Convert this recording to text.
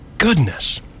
Goodness